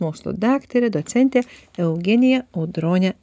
mokslo daktare docente eugenija audrone